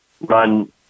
run